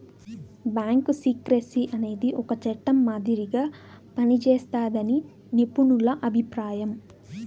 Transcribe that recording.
bank secrecy అనేది ఒక చట్టం మాదిరిగా పనిజేస్తాదని నిపుణుల అభిప్రాయం